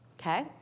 Okay